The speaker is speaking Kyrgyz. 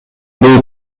бул